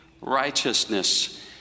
righteousness